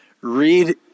Read